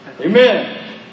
Amen